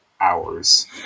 hours